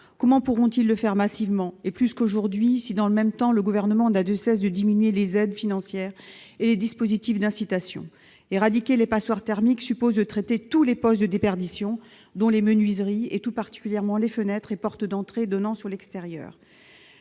Comment pourront-ils le faire massivement, et plus qu'aujourd'hui, si dans le même temps le Gouvernement n'a de cesse de diminuer les aides financières et les dispositifs incitatifs ? Éradiquer les « passoires thermiques » suppose de traiter tous les postes de déperdition, dont les menuiseries et tout particulièrement les fenêtres et portes d'entrée donnant sur l'extérieur.